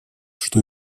что